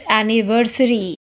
anniversary